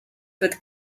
wird